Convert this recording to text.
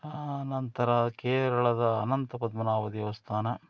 ಆನಂತರ ಕೇರಳದ ಅನಂತಪದ್ಮನಾಭ ದೇವಸ್ಥಾನ